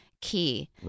key